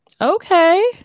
Okay